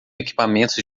equipamentos